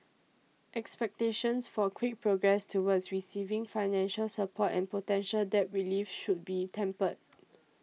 expectations for quick progress toward receiving financial support and potential debt relief should be tempered